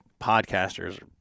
podcasters